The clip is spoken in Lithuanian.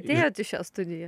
atėjot į šią studiją